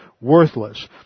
worthless